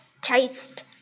taste